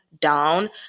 down